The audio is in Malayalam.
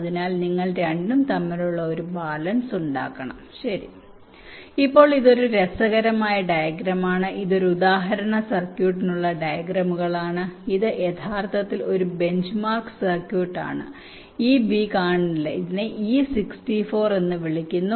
അതിനാൽ നിങ്ങൾ രണ്ടും തമ്മിലുള്ള ഒരു ബാലൻസ് ഉണ്ടാക്കണം ശരി ഇപ്പോൾ ഇതൊരു രസകരമായ ഡയഗ്രമാണ് ഇത് ഒരു ഉദാഹരണ സർക്യൂട്ടിനുള്ള ഡയഗ്രമുകളാണ് ഇത് യഥാർത്ഥത്തിൽ ബെഞ്ച് മാർക്ക് സർക്യൂട്ട് ആണ് ഈ ബി കാണുന്നില്ല ഇതിനെ e64 എന്ന് വിളിക്കുന്നു